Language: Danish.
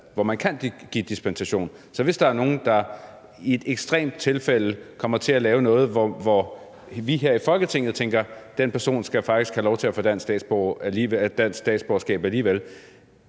som kan give dispensation, hvis der er nogen, der i et ekstremt tilfælde kommer til at lave noget, hvorom vi her i Folketinget tænker, at den person faktisk skal have lov til at få dansk statsborgerskab alligevel,